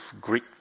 Greek